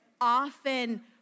often